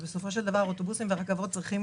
אוטובוסים ורכבות צריכים